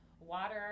water